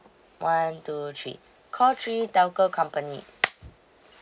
one two three call three telco company